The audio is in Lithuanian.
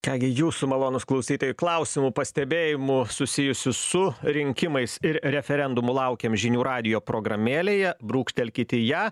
ką gi jūsų malonūs klausytojai klausimų pastebėjimų susijusių su rinkimais ir referendumų laukiam žinių radijo programėlėje brūkštelkit į ją